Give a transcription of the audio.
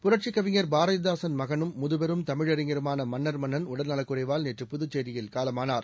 புரட்சிக் கவிஞர் பாரதிதாசன் மகனும் முதுபெரும் தமிழறிஞருமான மன்னர்மன்னன் உடல்நலக் குறைவால் நேற்று புதுச்சேரியில் காலமானார்